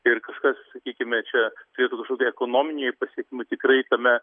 ir kažkas sakykime čia turėtų kažkokių tai ekonominiai pasekmių tikrai tame